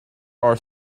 are